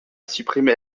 supprimé